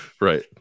right